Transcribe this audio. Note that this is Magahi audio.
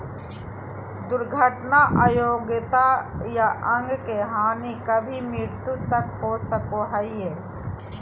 दुर्घटना अयोग्यता या अंग के हानि कभी मृत्यु तक हो सको हइ